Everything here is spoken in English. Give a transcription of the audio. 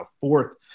fourth